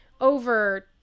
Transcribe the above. over